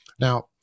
Now